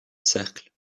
cercle